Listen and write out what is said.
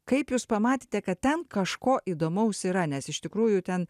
kaip jūs pamatėte kad ten kažko įdomaus yra nes iš tikrųjų ten